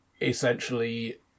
essentially